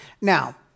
Now